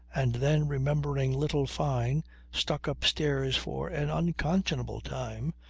and then remembering little fyne stuck upstairs for an unconscionable time,